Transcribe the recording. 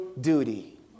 duty